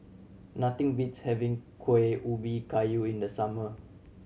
nothing beats having Kuih Ubi Kayu in the summer